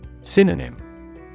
Synonym